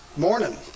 Morning